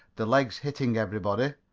the legs hitting everybody.